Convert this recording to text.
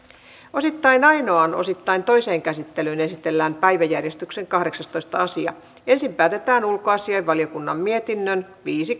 osittain ainoaan osittain toiseen käsittelyyn esitellään päiväjärjestyksen kahdeksastoista asia ensin päätetään ulkoasiainvaliokunnan mietinnön viisi